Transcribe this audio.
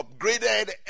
upgraded